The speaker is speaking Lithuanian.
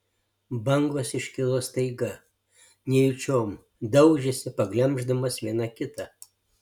bangos iškilo staiga nejučiom daužėsi paglemždamos viena kitą